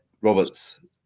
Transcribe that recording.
Roberts